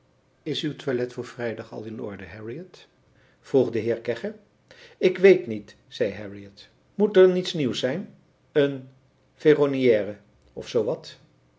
is uw toilet voor vrijdag al in orde harriot vroeg de heer kegge ik weet niet zei harriot moet er niets nieuws zijn een ferronière of zoo wat